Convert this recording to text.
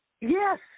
Yes